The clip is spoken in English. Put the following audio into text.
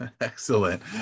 excellent